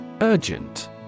Urgent